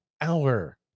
hour